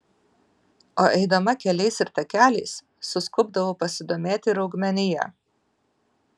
o eidama keliais ir takeliais suskubdavau pasidomėti ir augmenija